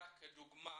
לדוגמה